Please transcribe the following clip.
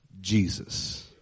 Jesus